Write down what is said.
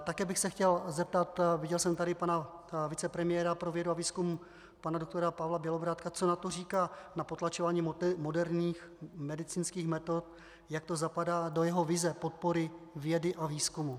Také bych se chtěl zeptat, viděl jsem tady pana vicepremiéra pro vědu a výzkum pana doktora Pavla Bělobrádka, co na to říká, na potlačování moderních medicínských metod, jak to zapadá do jeho vize podpory vědy a výzkumu.